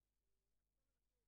פתאום.